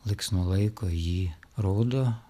laiks nuo laiko jį rodo